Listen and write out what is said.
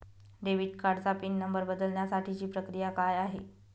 Debit कार्डचा pin number बदलण्यासाठीची प्रक्रिया काय आहे?